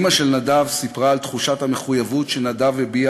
אימא של נדב סיפרה על תחושת המחויבות שנדב הביע